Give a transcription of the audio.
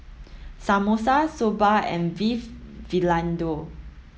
Samosa Soba and Beef Vindaloo